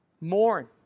Mourn